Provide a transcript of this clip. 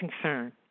concern